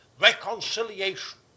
reconciliation